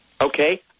Okay